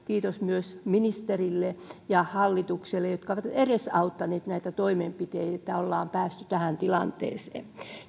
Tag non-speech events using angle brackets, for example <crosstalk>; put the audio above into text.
<unintelligible> kiitos myös ministerille ja hallitukselle jotka ovat edesauttaneet näitä toimenpiteitä että ollaan päästy tähän tilanteeseen